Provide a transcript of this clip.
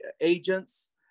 agents